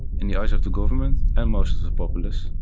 in the eyes of the government, and most of the populace,